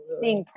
seeing